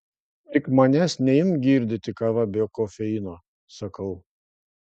tik manęs neimk girdyti kava be kofeino sakau